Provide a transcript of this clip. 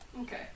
Okay